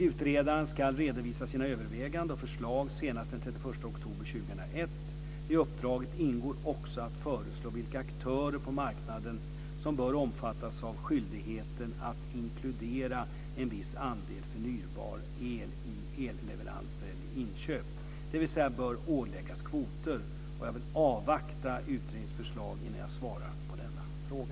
Utredaren ska redovisa sina överväganden och förslag senast den 31 oktober 2001. I uppdraget ingår också att föreslå vilka aktörer på marknaden som bör omfattas av skyldigheten att inkludera en viss andel förnybar el i elleveranser eller elinköp, dvs. bör åläggas kvoter. Jag vill avvakta utredningens förslag innan jag svarar på denna fråga.